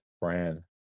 brand